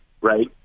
right